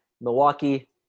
Milwaukee